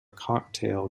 cocktail